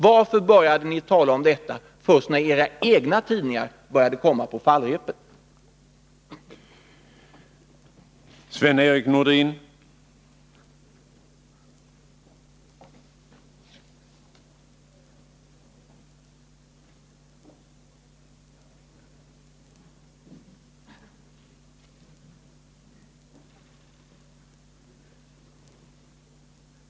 Varför började ni talaom Nr 118 detta först när era egna tidningar började komma på fallrepet? Onsdagen den